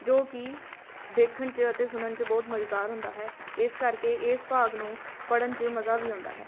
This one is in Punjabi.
ਜੋ ਕਿ ਦੇਖਣ 'ਚ ਅਤੇ ਸੁਣਨ 'ਚ ਬਹੁਤ ਮਜ਼ੇਦਾਰ ਹੁੰਦਾ ਹੈ ਇਸ ਕਰਕੇ ਇਸ ਭਾਗ ਨੂੰ ਪੜ੍ਹਨ 'ਚ ਮਜ਼ਾ ਵੀ ਆਉਂਦਾ ਹੈ